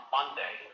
Monday